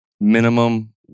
minimum